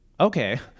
Okay